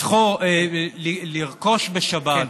לרכוש בשבת,